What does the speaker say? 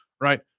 right